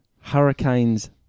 Hurricanes